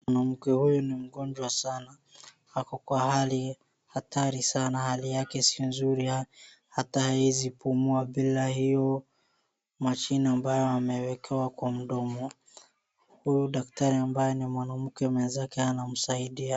Mwanamke huyu ni mgonjwa sana, ako kwa hali hatari sana. Hali yake si nzuri hata haezi pumua bila hiyo mashine ambayo amewekewa kwa mdomo. Huyu daktari ambaye ni mwanamke mwenzake anamsaidia.